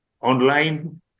online